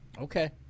Okay